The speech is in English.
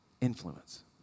influence